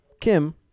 Kim